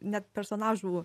net personažų